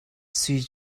sui